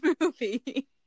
movie